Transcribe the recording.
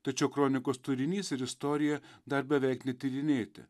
tačiau kronikos turinys ir istorija dar beveik netyrinėti